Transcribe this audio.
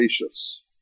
gracious